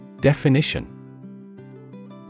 Definition